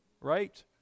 right